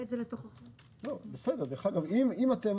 אם אתם